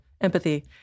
empathy